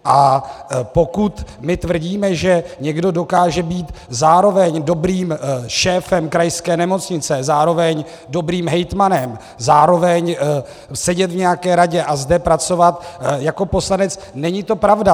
A pokud my tvrdíme, že někdo dokáže být zároveň dobrým šéfem krajské nemocnice, zároveň dobrým hejtmanem, zároveň sedět v nějaké radě a zde pracovat jako poslanec, není to pravda.